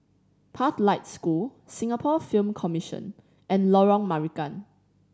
Pathlight School Singapore Film Commission and Lorong Marican